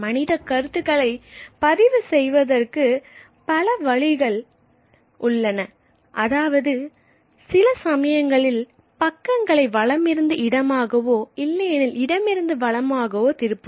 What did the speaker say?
மனித கருத்துக்களை பதிவு செய்வதற்கு பல வழிகள் உள்ளன அதாவது சிலசமயங்களில் பக்கங்களை வலமிருந்து இடமாகவோ இல்லையெனில் இடமிருந்து வலமாகவும் திருப்புவர்